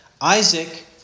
Isaac